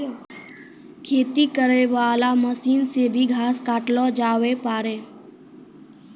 खेती करै वाला मशीन से भी घास काटलो जावै पाड़ै